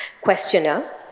Questioner